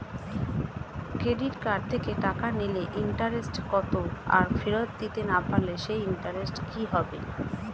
Credit card থেকে টাকা নিলে ইন্টারেস্ট কত আর ফেরত দিতে না পারলে সেই ইন্টারেস্ট কি হবে?